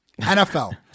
NFL